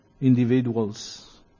individuals